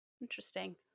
Interesting